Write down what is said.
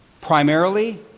Primarily